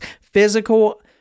physical